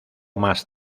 más